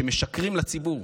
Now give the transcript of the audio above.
שמשקרים לציבור,